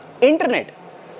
internet